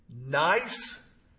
Nice